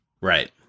Right